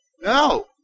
No